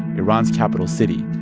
iran's capital city,